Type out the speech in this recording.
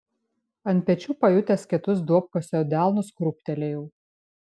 ant pečių pajutęs kietus duobkasio delnus krūptelėjau